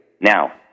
Now